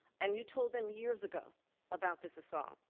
and, you told him years ago about this assault.